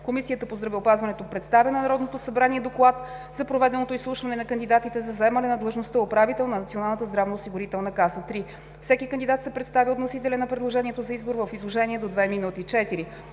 Комисията по здравеопазването представя на Народното събрание доклад за проведеното изслушване на кандидатите за заемане на длъжността управител на Националната здравноосигурителна каса. 3. Всеки кандидат се представя от вносителя на предложението за избор в изложение до две минути. 4.